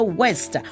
west